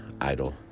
idol